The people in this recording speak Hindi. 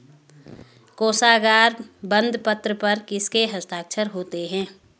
कोशागार बंदपत्र पर किसके हस्ताक्षर होते हैं?